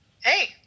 Hey